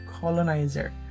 colonizer